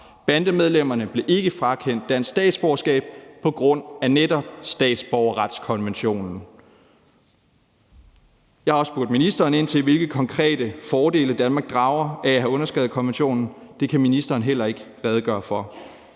Bandemedlemmerne blev ikke frakendt dansk statsborgerskab på grund af netop statsborgerretskonventionen. Jeg har også spurgt ministeren ind til, hvilke konkrete fordele Danmark drager af at have underskrevet konventionen. Det kan ministeren heller ikke redegøre for.